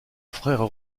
frère